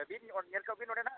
ᱟᱹᱵᱤᱱ ᱧᱮᱞ ᱠᱚᱵᱤᱱ ᱚᱸᱰᱮ ᱦᱟᱸᱜ